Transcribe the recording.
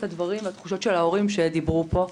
הדברים והתחושות של ההורים שדיברו פה.